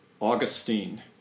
Augustine